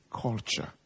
culture